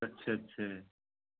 अच्छा अच्छा